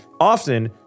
Often